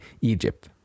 Egypt